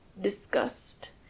disgust